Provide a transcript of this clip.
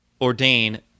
ordain